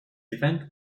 event